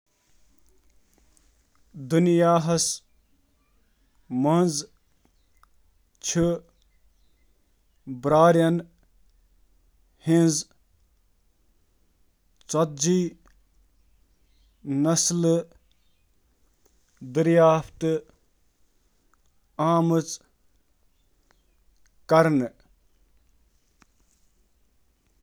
بیٛارٮ۪ن ہٕنٛزن نسلن ہٕنٛز تعداد چھنہٕ مقرر، مگر انٹرنیشنل کیٹ ایسوسی ایشن ,چھےٚ ترٛوہتھ نسلن تسلیم کران، ییٚلہ زن کیٹ فینسیئرز ایسوسی ایشن. تسلیم کران چھ۔